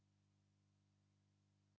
Дякую